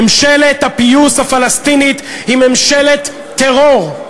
ממשלת הפיוס הפלסטינית היא ממשלת טרור.